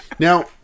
Now